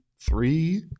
three